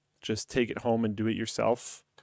just-take-it-home-and-do-it-yourself